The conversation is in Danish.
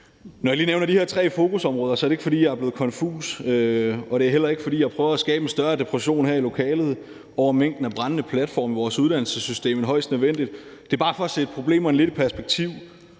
Når jeg lige nævner de her tre fokusområder, er det ikke, fordi jeg er blevet konfus, og det er heller ikke, fordi jeg prøver at skabe en større depression her i lokalet over mængden af brændende platforme i vores uddannelsessystem end højst nødvendigt. Det er bare for at sætte problemerne lidt i perspektiv.